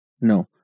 no